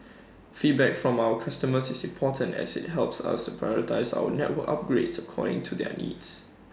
feedback from our customers is important as IT helps us to prioritise our network upgrades according to their needs